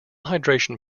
hydration